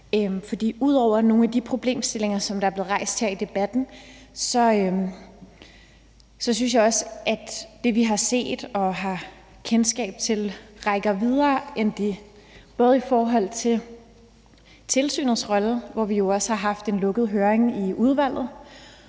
ud over nogle af de problemstillinger, som er blevet rejst her i debatten, synes jeg også, at det, vi har set og har kendskab til, rækker videre end dem i forhold til tilsynets rolle, hvor vi også har haft en lukket høring i udvalget,